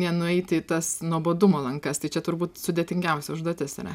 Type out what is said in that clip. nenueiti į tas nuobodumo lankas tai čia turbūt sudėtingiausia užduotis yra